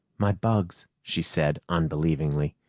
my bugs, she said unbelievingly.